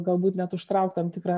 galbūt net užtraukt tam tikrą